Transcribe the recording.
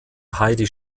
heidi